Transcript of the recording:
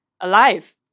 alive